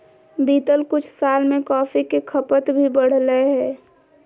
बीतल कुछ साल में कॉफ़ी के खपत भी बढ़लय हें